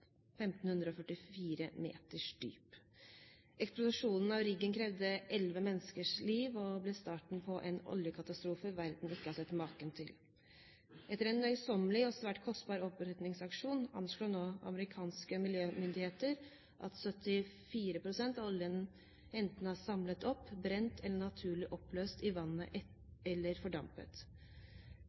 1544 meters dyp. Eksplosjonen på riggen krevde 11 menneskers liv og ble starten på en oljekatastrofe verden ikke har sett maken til. Etter en møysommelig og svært kostbar oppryddingsaksjon anslår nå amerikanske miljømyndigheter at 74 pst. av oljen enten er samlet opp, brent, naturlig oppløst i vannet eller fordampet.